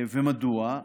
מדוע?